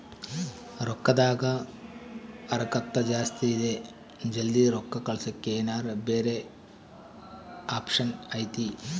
ರೊಕ್ಕದ ಹರಕತ್ತ ಜಾಸ್ತಿ ಇದೆ ಜಲ್ದಿ ರೊಕ್ಕ ಕಳಸಕ್ಕೆ ಏನಾರ ಬ್ಯಾರೆ ಆಪ್ಷನ್ ಐತಿ?